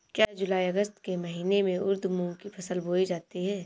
क्या जूलाई अगस्त के महीने में उर्द मूंग की फसल बोई जाती है?